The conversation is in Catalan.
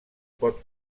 pot